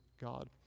God